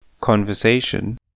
Conversation